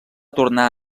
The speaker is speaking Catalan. tornar